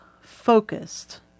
focused